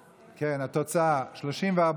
אחד,